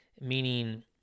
meaning